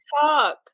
talk